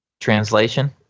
Translation